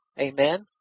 Amen